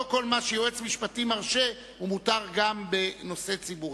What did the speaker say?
לא כל מה שיועץ משפטי מרשה הוא מותר גם בנושא ציבורי.